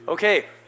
Okay